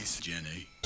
Jenny